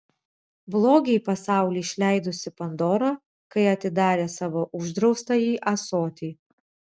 blogį į pasaulį išleidusi pandora kai atidarė savo uždraustąjį ąsotį